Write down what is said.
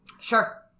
sure